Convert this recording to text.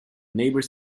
neighbour